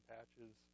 Patches